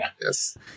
Yes